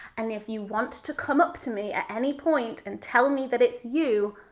and if you want to come up to me at any point and tell me that it's you,